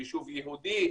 ליישוב יהודי,